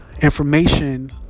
information